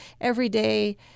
everyday